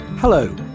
Hello